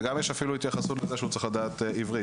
וגם אפילו יש התייחסות לכך שהוא צריך לדעת עברית.